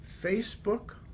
Facebook